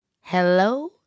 Hello